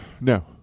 No